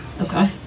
Okay